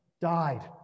died